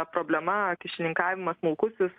problema kyšininkavimas smulkusis